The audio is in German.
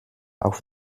auf